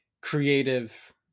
creative